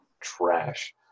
trash